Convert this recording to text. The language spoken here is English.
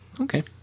Okay